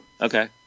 Okay